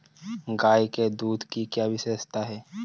गाय के दूध की क्या विशेषता है?